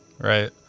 right